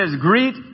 greet